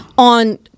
on